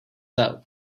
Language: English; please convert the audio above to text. out